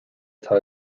atá